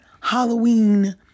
Halloween